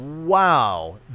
wow